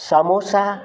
samosa